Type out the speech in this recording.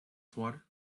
swatter